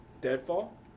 Deadfall